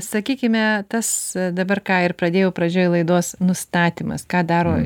sakykime tas dabar ką ir pradėjau pradžioj laidos nustatymas ką daro